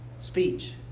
speech